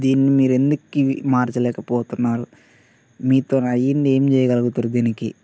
దీన్ని మీరెందుకివి మార్చలేకపోతున్నారు మీతోని అయ్యింది ఏం చెయ్యగలుగుతరు దీనికి